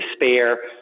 despair